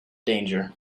danger